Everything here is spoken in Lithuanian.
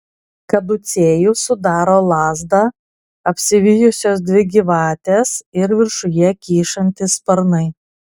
kaducėjų sudaro lazdą apsivijusios dvi gyvatės ir viršuje kyšantys sparnai